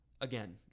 again